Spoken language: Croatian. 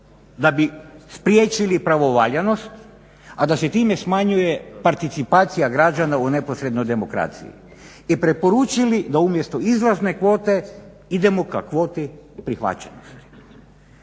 da bi spriječili pravovaljanost, a da se time smanjuje participacija građana u neposrednoj demokraciji i preporučili da umjesto izlazne kvote idemo ka kvoti prihvaćanja.